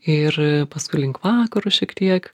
ir paskui link vakaro šiek tiek